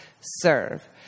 serve